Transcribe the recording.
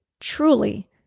truly